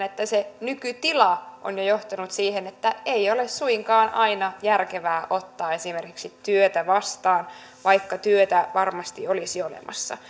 että nykytila on jo johtanut siihen että ei ole suinkaan aina järkevää ottaa esimerkiksi työtä vastaan vaikka työtä varmasti olisi olemassa